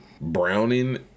Browning